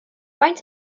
faint